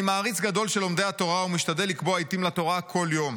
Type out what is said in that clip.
אני מעריץ גדול של לומדי התורה ומשתדל לקבוע עיתים לתורה כל יום.